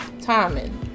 timing